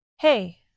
hey